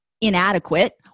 inadequate